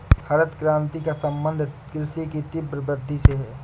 हरित क्रान्ति का सम्बन्ध कृषि की तीव्र वृद्धि से है